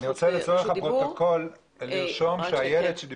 אני רוצה לרשום בפרוטוקול שהילד שהוכה